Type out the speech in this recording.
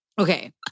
okay